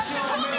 אתה.